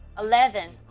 Eleven